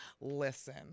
Listen